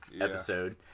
episode